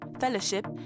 fellowship